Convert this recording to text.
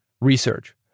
research